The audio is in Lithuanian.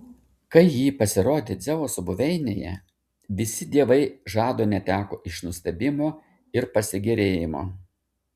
kai ji pasirodė dzeuso buveinėje visi dievai žado neteko iš nustebimo ir pasigėrėjimo